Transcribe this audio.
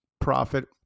profit